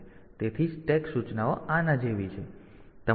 તેથી સ્ટેક સૂચનાઓ આના જેવી છે